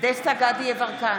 דסטה גדי יברקן,